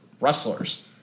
wrestlers